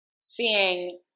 seeing